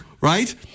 right